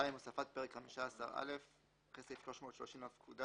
"הוספת פרקחמישה עשר א' 2. אחרי סעיף 330 לפקודה,